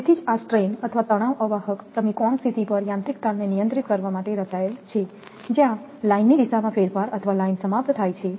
તેથી જ આ સ્ટ્રેન અથવા તણાવ અવાહક તમે કોણ સ્થિતિ પર યાંત્રિક તાણને નિયંત્રિત કરવા માટે રચાયેલ છે જ્યાં લાઇનની દિશામાં ફેરફાર અથવા લાઇન સમાપ્ત થાય છે